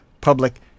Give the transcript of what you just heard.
public